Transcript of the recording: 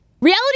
reality